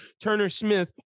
Turner-Smith